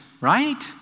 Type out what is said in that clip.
right